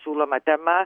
siūloma tema